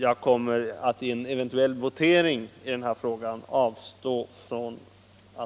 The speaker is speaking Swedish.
Jag kommer att i en eventuell votering i den här frågan avstå från att rösta.